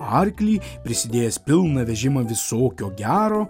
arklį prisidėjęs pilną vežimą visokio gero